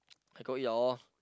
I go eat [liao] lor